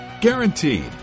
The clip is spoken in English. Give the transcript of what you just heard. Guaranteed